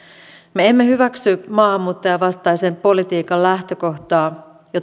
me emme hyväksy maahanmuuttajavastaisen politiikan lähtökohtaa